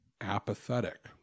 apathetic